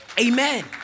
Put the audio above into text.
Amen